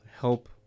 help